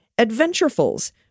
Adventurefuls